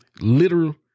literal